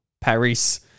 Paris